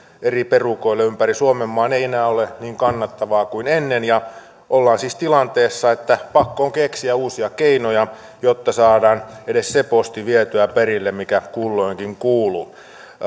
eri perukoille ympäri suomenmaan ei enää ole niin kannattavaa kuin ennen ja ollaan siis tilanteessa että pakko on keksiä uusia keinoja jotta saadaan vietyä perille edes se posti mikä kulloinkin kuuluu